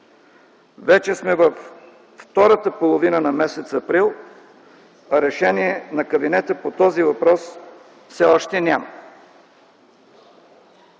Вече сме във втората половина на м. април, а решение на кабинета по този въпрос все още няма.